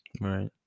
Right